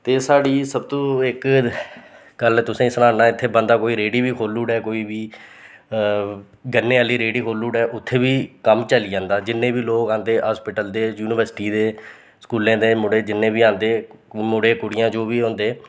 ते साढ़ी सब तों इक गल्ल तुसेंगी सनान इत्थें बंदा कोई रेह्ड़ी बी खोल्ली ओड़ै कोई बी गन्ने आह्ली रेह्ड़ी खोली ओड़ै उत्थें बी कम्म चली जंदा ऐ जिन्ने बी लोग आंदे हॉस्पिटल दे यूनिवर्सिटी दे स्कूलें दे मुड़े जिन्ने बी आंदे मुड़े कुड़ियां जो बी आंदे